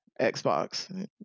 Xbox